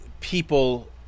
people –